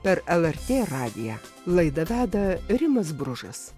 per lrt radiją laidą veda rimas bružas